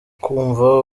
kumva